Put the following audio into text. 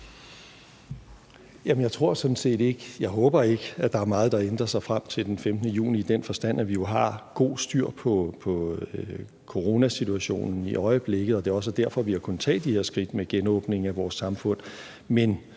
jeg håber ikke, at der er meget, der ændrer sig frem til den 15. juni, i den forstand at vi jo i øjeblikket har godt styr på coronasituationen. Det er også derfor, at vi har kunnet tage de her skridt med genåbningen af vores samfund.